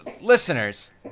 listeners